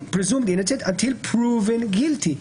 פרזיום אינוסנט אנטיל פרוב אנד גילטי.